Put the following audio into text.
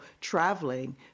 traveling